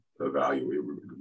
evaluate